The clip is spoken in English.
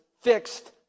fixed